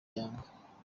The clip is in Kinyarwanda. yanga